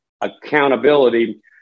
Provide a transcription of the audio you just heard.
accountability